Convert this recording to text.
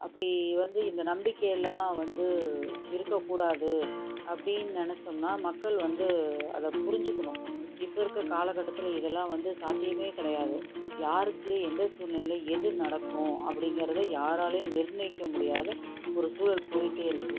அப்படி வந்து இந்த நம்பிக்கை எல்லாம் வந்து இருக்கக்கூடாது அப்படினு நினச்சம்னா மக்கள் வந்து அதை புரிஞ்சுக்கணும் இப்போ இருக்கிற காலகட்டத்தில் இதெல்லாம் வந்து சாத்தியமே கிடையாது யாருக்கு எந்த சூழ்நிலையில் எது நடக்கும் அப்படிங்கிறது யாராலேயும் நிர்ணயிக்க முடியாது ஒரு சூழல் போயிட்டே இருக்குது